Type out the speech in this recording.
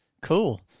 cool